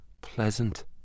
pleasant